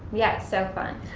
yeah, so fun.